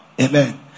amen